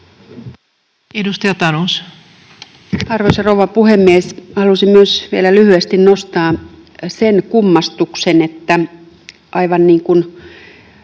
Content: Arvoisa rouva puhemies! Halusin myös vielä lyhyesti nostaa esille sen kummastuksen, että aivan niin kuin